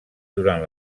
durant